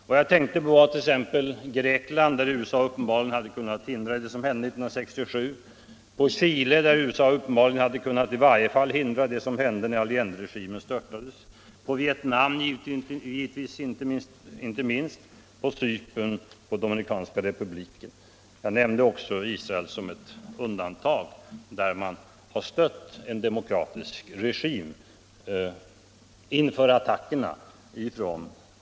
Vad jag tänkte på var t.ex. Grekland, där USA uppenbarligen hade kunnat hindra vad som hände 1967, på Chile, på Vietnam, på Cypern, på Dominikanska republiken, etc. Jag nämnde också Israel som ett undantag, där USA har stött en demokratisk regim.